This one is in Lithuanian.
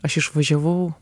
aš išvažiavau